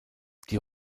die